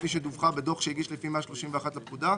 כפי שדווחה בדוח שהגיש לפי סעיף 131 לפקודה,